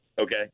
okay